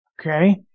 Okay